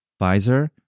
Pfizer